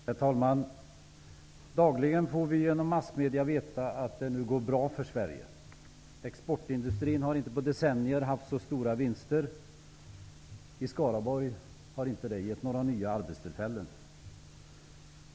Herr talman! Dagligen får vi genom massmedia veta att det nu går bra för Sverige. Exportindustrin har inte på decennier haft så stora vinster. I Skaraborg har inte det gett några nya arbetstillfällen.